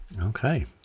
Okay